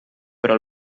però